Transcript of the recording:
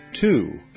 two